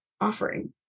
offering